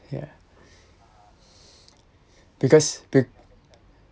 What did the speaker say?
yeah because